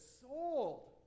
sold